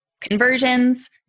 conversions